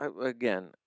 again